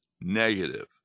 negative